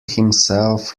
himself